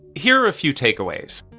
here are a few takeaways